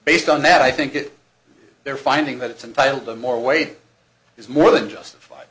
based on that i think it they're finding that it's entitle them more weight is more than justified